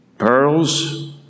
Pearls